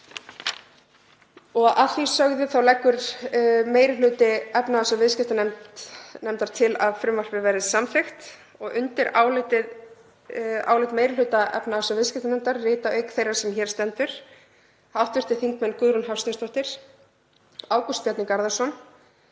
Að því sögðu leggur meiri hluti efnahags- og viðskiptanefndar til að frumvarpið verði samþykkt. Undir álit meiri hluta efnahags- og viðskiptanefndar rita, auk þeirrar sem hér stendur, hv. þingmenn Guðrún Hafsteinsdóttir, Ágúst Bjarni Garðarsson,